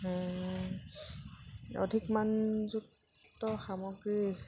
অধিক মানযুক্ত সামগ্ৰী